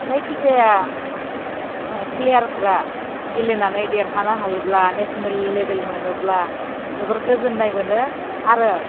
जायखि जाया प्लेयार फ्रा गेलेनानै देरहानो हायोब्ला नेसनेल लेबेल मोनोब्ला जोबोर गोजोन्नाय मोनो आरो